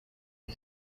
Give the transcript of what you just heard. you